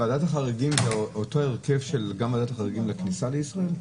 הרכב ועדת החריגים היא באותו הרכב של ועדת החריגים לגבי כניסה לישראל?